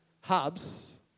hubs